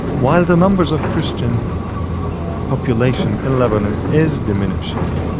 while the numbers of christian population in lebanon is diminishing,